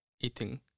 eating